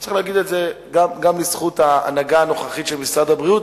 וצריך להגיד את זה גם לזכות ההנהגה הנוכחית של משרד הבריאות,